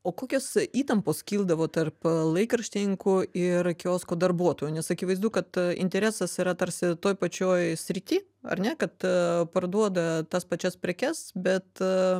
o kokios įtampos kildavo tarp a laikraštininkų ir kiosko darbuotojų nes akivaizdu kad interesas yra tarsi toj pačioj srity ar ne kad a parduoda tas pačias prekes bet